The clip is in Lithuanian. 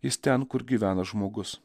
jis ten kur gyvena žmogus